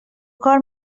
کار